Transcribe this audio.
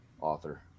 author